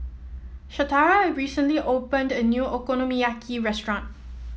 Shatara recently opened a new Okonomiyaki restaurant